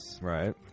Right